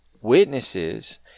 witnesses